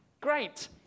Great